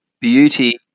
beauty